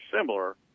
similar